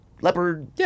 leopard